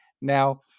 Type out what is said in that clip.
Now